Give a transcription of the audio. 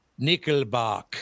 Nickelback